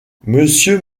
monsieur